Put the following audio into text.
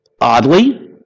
oddly